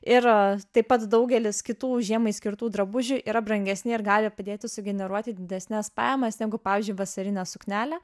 ir taip pat daugelis kitų žiemai skirtų drabužių yra brangesni ir gali padėti sugeneruoti didesnes pajamas negu pavyzdžiui vasarinė suknelė